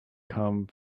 come